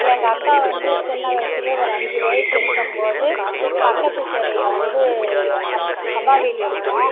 எங்கள் அக்கா வந்து சின்ன வயதிலே ஒரு அஞ்சு வயது இருக்கும் போது பக்கத்துத் தெருவில் வந்து அவ் அவ்வா வீடு இருக்கும்